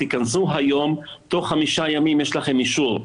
תכנסו היום, תוך חמישה ימים יש לכם אישור.